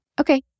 Okay